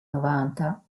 novanta